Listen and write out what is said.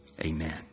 amen